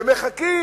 ומחכים